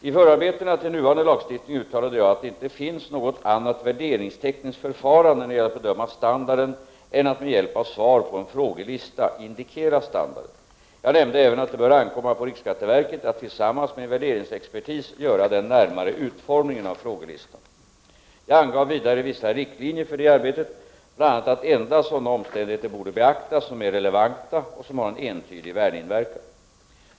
I förarbetena till nuvarande lagstiftning uttalade jag att det inte finns något annat värderingstekniskt förfarande när det gäller att bedöma standarden än att med hjälp av svar på en frågelista indikera standarden. Jag nämnde även att det bör ankomma på riksskatteverket att tillsammans med värderingsexpertis göra den närmare utformningen av frågelistan. Jag angav vidare vissa riktlinjer för detta arbete, bl.a. att endast sådana omständigheter borde beaktas som är relevanta och som har en entydig värdeinverkan.